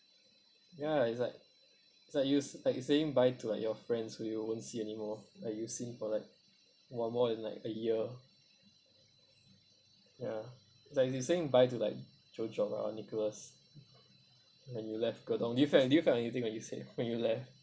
ya it's like it's like you like saying bye to like your friends who you won't see anymore like you've seen for like while what more than like a year ya like you're saying bye to like joe java or nicholas then you left gedong do you felt do you felt anything when you say when you left